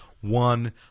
one